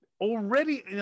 already